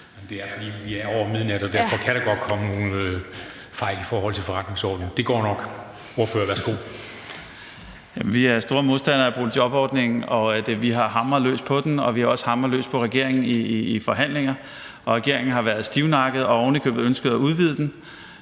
Kristensen): Vi er over midnat, og derfor kan der godt komme nogle fejl i forhold til forretningsordenen. Det går nok. Ordføreren, værsgo. Kl. 00:01 Rune Lund (EL): Jamen vi er store modstandere af boligjobordningen, og vi har hamret løs på den, og vi har også hamret løs på regeringen i forhandlinger. Regeringen har været stivnakket og ovenikøbet ønsket at udvide den.